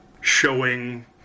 showing